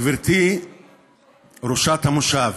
גברתי ראשת המושב,